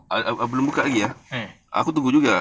eh